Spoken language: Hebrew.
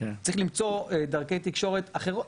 צריך למצוא דרכי תקשורת אחרות.